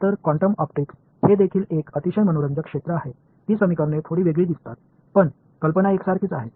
तर quantum optics हे देखील एक अतिशय मनोरंजक क्षेत्र आहे ती समीकरणे थोडी वेगळी दिसतात पण कल्पना एकसारखीच आहे